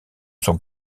son